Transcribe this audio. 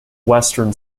western